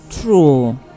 true